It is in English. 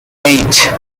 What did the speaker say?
eight